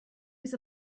was